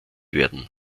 werden